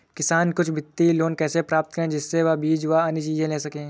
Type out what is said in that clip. किसान कुछ वित्तीय लोन कैसे प्राप्त करें जिससे वह बीज व अन्य चीज ले सके?